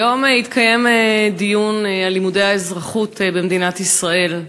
היום התקיים בוועדת החינוך דיון על לימודי האזרחות במדינת ישראל,